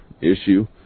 issue